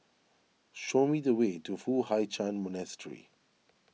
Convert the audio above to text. show me the way to Foo Hai Ch'an Monastery